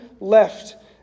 left